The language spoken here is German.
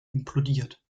implodiert